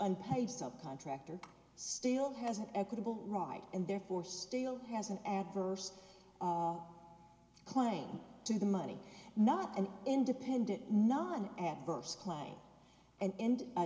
unpaid subcontractor still has an equitable right and therefore still has an adverse claim to the money not an independent not an adverse claim and